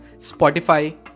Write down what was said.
Spotify